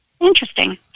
Interesting